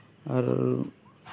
ᱟᱨ